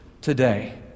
today